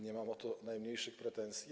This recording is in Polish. Nie mam o to najmniejszych pretensji.